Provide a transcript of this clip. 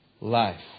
life